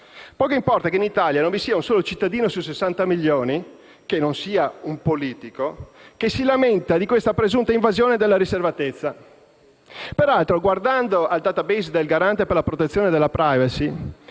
Poco importa che in Italia non vi sia un solo cittadino su 60 milioni (che non sia un politico) che si lamenti della presunta invasione della riservatezza. Peraltro, guardando al *database* del Garante per la protezione della *privacy*,